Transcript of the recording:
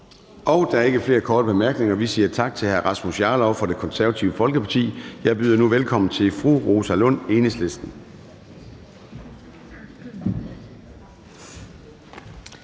Der er ikke flere korte bemærkninger. Vi siger tak til hr. Rasmus Jarlov fra Det Konservative Folkeparti. Jeg byder nu velkommen til fru Rosa Lund, Enhedslisten.